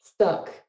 Stuck